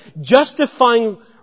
justifying